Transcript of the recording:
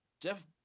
Jeff